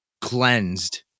cleansed